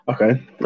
okay